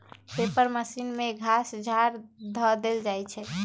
paper machine में घास झाड़ ध देल जाइ छइ